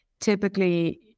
Typically